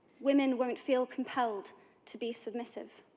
women won't feel compelled to be submissive.